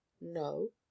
No